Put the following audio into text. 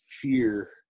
fear